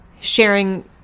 sharing